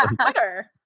Twitter